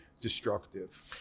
destructive